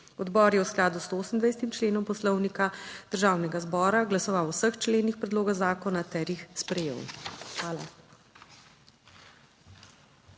Odbor je v skladu z 128. členom Poslovnika Državnega zbora glasoval o vseh členih predloga zakona ter jih sprejel. Hvala.